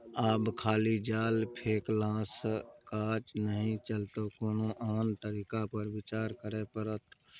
आब खाली जाल फेकलासँ काज नहि चलतौ कोनो आन तरीका पर विचार करय पड़त